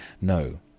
No